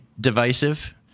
divisive